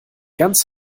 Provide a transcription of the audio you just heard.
ganz